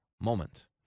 moment